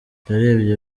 yarebye